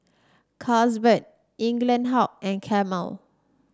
Carlsberg Eaglehawk and Camel